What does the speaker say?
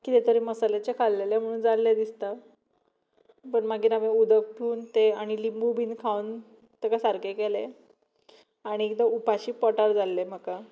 कितें तरी मसाल्याचें खाल्लें म्हूण जाल्लें दिसता पूण मागीर हांवें उदक पिवन तें आनी लिंबू बी खावन तेका सारकें केलें आनी एकदां उपाशी पोटार जाल्लें म्हाका